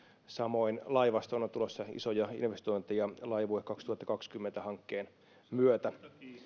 samoin laivastoon on tulossa isoja investointeja laivue kaksituhattakaksikymmentä hankkeen myötä